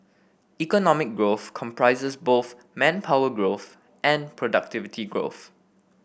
economic growth comprises both manpower growth and productivity growth